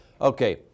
Okay